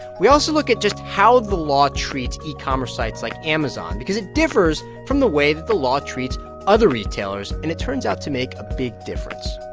we also look at just how the law treats e-commerce sites like amazon because it differs from the way that the law treats other retailers and it turns out to make a big difference